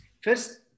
First